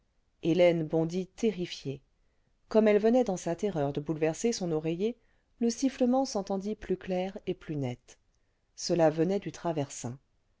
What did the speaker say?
hélène bondît terrifiée comme elle venait clans sa terreur de bouleverser son oreiller le sifflement s'entendit plus clair et plus net cela venait du traversin